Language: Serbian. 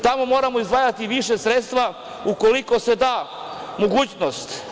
Tamo moramo izdvajati više sredstava, ukoliko se da mogućnost.